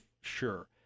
sure